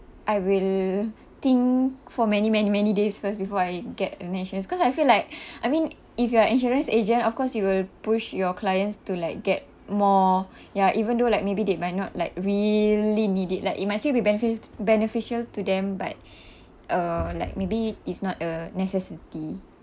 I will think for many many many days first before I get a cause I feel like I mean if you are insurance agent of course you will push your clients to like get more ya even though like maybe they might not like really need it like it might still be benefici~ beneficial to them but uh like maybe is not a necessity